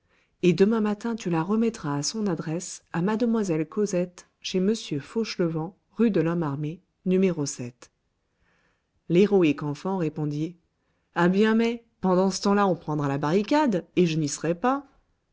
et demain matin tu la remettras à son adresse à mademoiselle cosette chez m fauchelevent rue de lhomme armé no l'héroïque enfant répondit ah bien mais pendant ce temps-là on prendra la barricade et je n'y serai pas